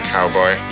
Cowboy